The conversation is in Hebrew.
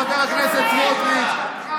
חבר הכנסת סמוטריץ',